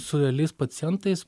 su realiais pacientais